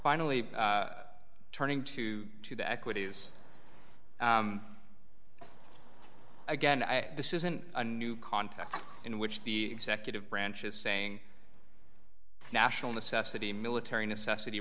finally turning to to the equities again this isn't a new context in which the executive branch is saying national necessity military necessity